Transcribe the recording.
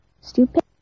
Stupid